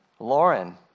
Lauren